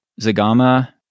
Zagama